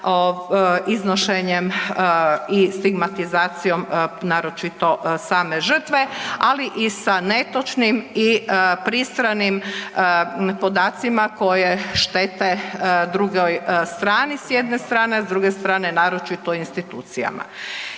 iznošenjem i stigmatizacijom, naročito same žrtve, ali i sa netočnim i pristranim podacima koje štete drugoj strani s jedne strane, a s druge strane naročito institucijama.